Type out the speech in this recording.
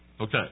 Okay